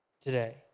today